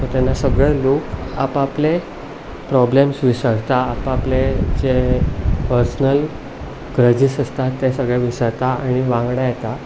so तेन्ना सगळे लोक आप आपले प्रोब्लम्स विसरता आप आपले जें पर्सनल ग्रजीस आसता ते सगळे विसरता आनी वांगडा येता